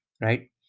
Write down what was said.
right